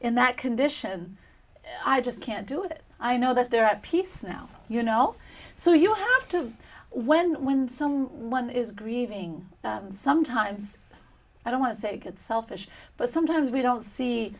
in that condition i just can't do it i know that they're at peace now you know so you have to when when some one is grieving sometimes i don't want to get selfish but sometimes we don't see